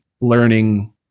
learning